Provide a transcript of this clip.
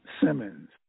Simmons